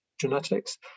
genetics